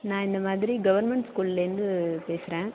நான் இந்த மாதிரி கவெர்மெண்ட் ஸ்கூலேருந்து பேசுகிறேன்